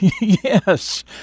Yes